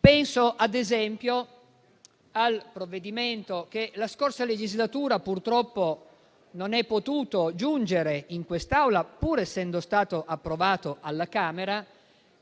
Penso, ad esempio, al provvedimento che la scorsa legislatura, purtroppo, non è potuto giungere in quest'Aula, pur essendo stato approvato alla Camera,